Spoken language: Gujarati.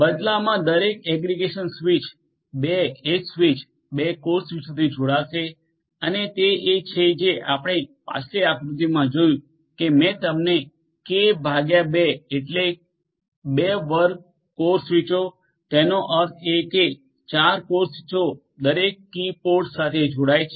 બદલામાં દરેક એગ્રિગેશનસ્વીચ 2 એજ સ્વીચો અને 2 કોર સ્વીચોથી જોડાશે અને તે એ છે જે આપણે પાછલી આકૃતિમાં જોયું કે મેં તમને kકે ભાગ્યા 2 એટલે 2 વર્ગ કોર સ્વીચો તેનો અર્થ એ કે 4 કોર સ્વીચો દરેક કી પોડ્સ સાથે જોડાય છે